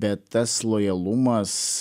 bet tas lojalumas